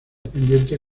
pendiente